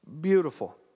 Beautiful